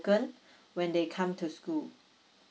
when they come to school